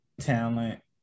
talent